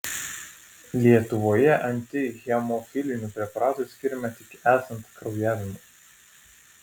lietuvoje antihemofilinių preparatų skiriama tik esant kraujavimui